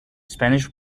spanish